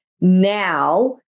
Now